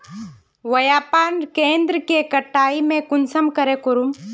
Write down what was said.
व्यापार केन्द्र के कटाई में कुंसम करे लेमु?